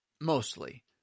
mostly